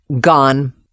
gone